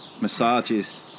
massages